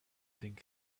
thing